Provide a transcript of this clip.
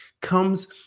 comes